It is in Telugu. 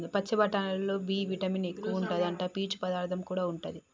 పచ్చి బఠానీలల్లో బి విటమిన్ ఎక్కువుంటాదట, పీచు పదార్థం కూడా ఉంటది